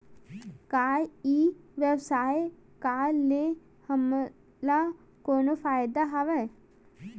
का ई व्यवसाय का ले हमला कोनो फ़ायदा हवय?